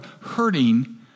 hurting